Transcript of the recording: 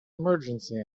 emergency